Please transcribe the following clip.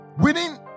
winning